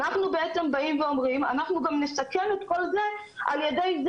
אנחנו באים ואומרים שאנחנו נסכן את כל זה על ידי זה